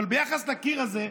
אבל ביחס לקיר הזה,